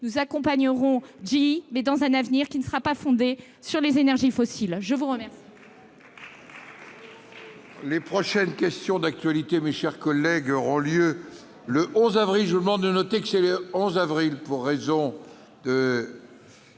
Nous accompagnerons donc GE, mais dans un avenir qui ne sera pas fondé sur les énergies fossiles. Nous en